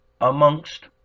amongst